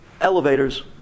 elevators